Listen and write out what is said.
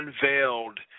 unveiled